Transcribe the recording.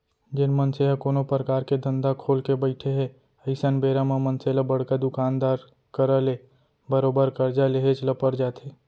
जेन मनसे ह कोनो परकार के धंधा खोलके बइठे हे अइसन बेरा म मनसे ल बड़का दुकानदार करा ले बरोबर करजा लेहेच ल पर जाथे